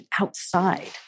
outside